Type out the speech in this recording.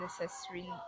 necessary